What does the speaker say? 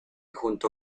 junto